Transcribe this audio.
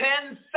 ten